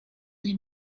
him